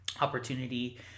opportunity